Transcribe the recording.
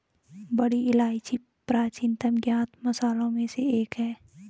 बड़ी इलायची प्राचीनतम ज्ञात मसालों में से एक है